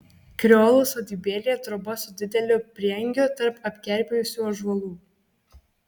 kreolų sodybėlė troba su dideliu prieangiu tarp apkerpėjusių ąžuolų